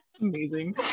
Amazing